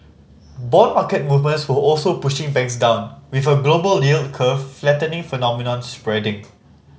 bond market movements were also pushing banks down with a global yield curve flattening phenomenon spreading